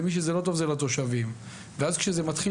למי שזה לא טוב זה לתושבים, ואז כשזה מתחיל